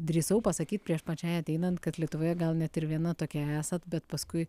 drįsau pasakyt prieš pačiai ateinant kad lietuvoje gal net ir viena tokia esat bet paskui